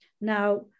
Now